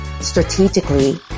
strategically